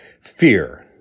Fear